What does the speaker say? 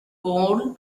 coal